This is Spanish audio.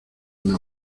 una